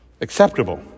acceptable